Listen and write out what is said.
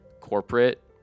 corporate